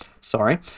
Sorry